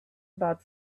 about